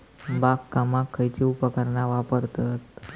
बागकामाक खयची उपकरणा वापरतत?